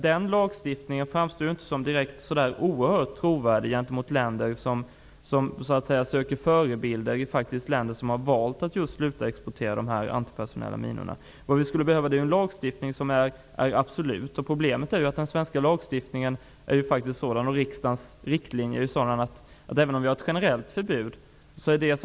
Den lagstiftningen framstår inte som så oerhört trovärdig för länder som söker förebilder bland länder som har valt att sluta exportera antipersonella minor. Vi skulle behöva en lagstiftning som är absolut. Den svenska lagstiftningen och riksdagens riktlinjer är sådana att vi har ett generellt förbud.